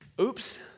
Oops